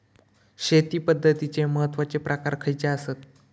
शेती पद्धतीचे महत्वाचे प्रकार खयचे आसत?